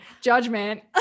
Judgment